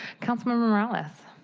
councilmember morales.